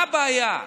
מה הבעיה?